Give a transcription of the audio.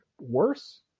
worse